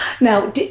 Now